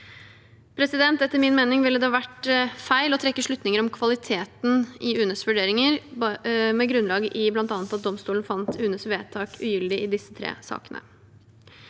i tortur. Etter min mening ville det ha vært feil å trekke slutninger om kvaliteten i UNEs vurderinger med grunnlag bl.a. i at domstolen fant UNEs vedtak ugyldig i disse tre sakene.